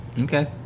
okay